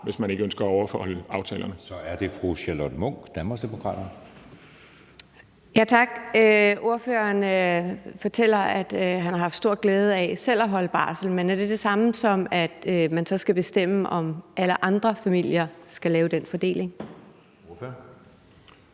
Danmarksdemokraterne. Kl. 15:40 Charlotte Munch (DD): Tak. Ordføreren fortæller, at han har haft stor glæde af selv at holde barsel. Men er det det samme, som at man så skal bestemme, om alle andre familier skal lave den fordeling? Kl.